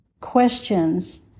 questions